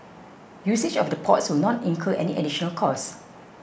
usage of the ports will not incur any additional cost